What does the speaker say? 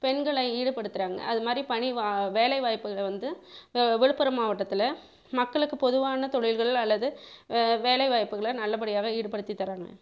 பெண்களை ஈடுபடுத்துகிறாங்க அது மாதிரி பணி வா வேலைவாய்ப்பு வந்து விழுப்புரம் மாவட்டத்தில் மக்களுக்கு பொதுவான தொழில்கள் அல்லது வேலைவாய்ப்புகளை நல்லபடியாகவே ஈடுபடுத்தி தராங்க